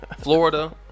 Florida